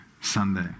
Sunday